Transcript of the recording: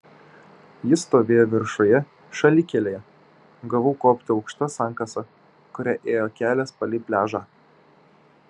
jis stovėjo viršuje šalikelėje gavau kopti aukšta sankasa kuria ėjo kelias palei pliažą